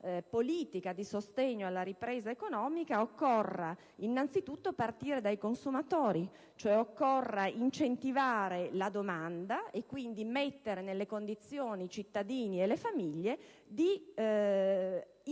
di sostegno alla ripresa economica occorra innanzi tutto partire dai consumatori, cioè occorra incentivare la domanda e quindi mettere nelle condizioni i cittadini e le famiglie di incrementare